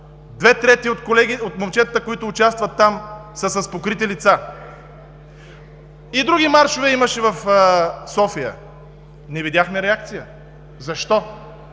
две трети от момчетата, които участват там, са с покрити лица. И други маршове имаше в София, но не видяхме реакция. Защо?